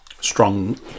strong